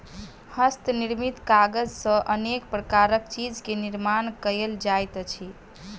हस्त निर्मित कागज सॅ अनेक प्रकारक चीज के निर्माण कयल जाइत अछि